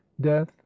death